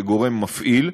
כגורם מפעיל,